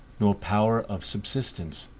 nor power of subsistence,